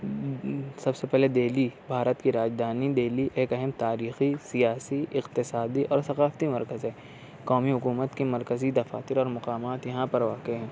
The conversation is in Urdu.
سب سے پہلے دہلی بھارت کی راجدھانی دہلی ایک اہم تاریخی سیاسی اقتصادی اور ثقافتی مرکز ہے قومی حکومت کے مرکزی دفاتر اور مقامات یہاں پر واقع ہیں